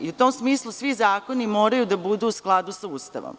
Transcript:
U tom smislu, svi zakoni moraju biti u skladu sa Ustavom.